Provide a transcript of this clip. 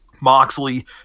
Moxley